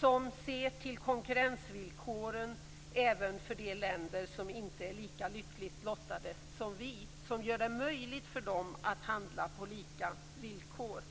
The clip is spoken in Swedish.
som ser till konkurrensvillkoren även för de länder som inte är lika lyckligt lottade som vi och gör det möjligt för dem att handla på lika villkor.